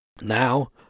Now